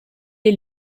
est